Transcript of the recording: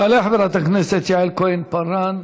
תעלה חברת הכנסת יעל כהן-פארן.